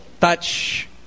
touch